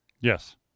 Yes